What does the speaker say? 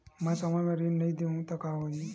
मैं समय म ऋण नहीं देहु त का होही